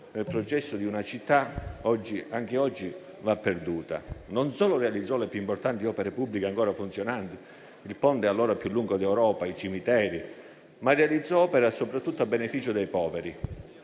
nel processo di una città, anche oggi va perduta. Non solo realizzò le più importanti opere pubbliche ancora funzionanti - il ponte allora più lungo d'Europa, i cimiteri - ma realizzò opere soprattutto a beneficio dei poveri.